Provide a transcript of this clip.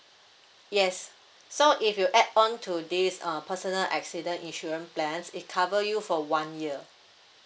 yes so if you add on to this uh personal accident insurance plans it cover you for one year